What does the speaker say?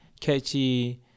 catchy